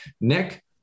Nick